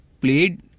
played